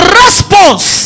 response